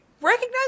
recognize